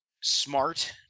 smart